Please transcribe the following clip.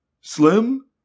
Slim